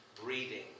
breathing